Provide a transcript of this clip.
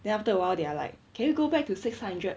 then after a while they are like can you go back to six hundred